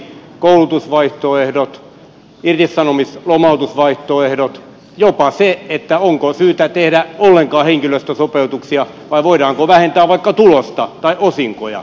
koulutusvaihtoehdot irtisanomis lomautusvaihtoehdot jopa se onko syytä tehdä ollenkaan henkilöstösopeutuksia vai voidaanko vähentää vaikka tulosta tai osinkoja